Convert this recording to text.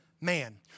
man